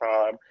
time